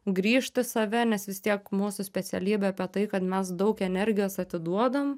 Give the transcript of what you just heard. grįžt į save nes vis tiek mūsų specialybė apie tai kad mes daug energijos atiduodam